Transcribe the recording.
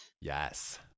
Yes